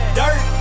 dirt